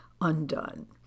undone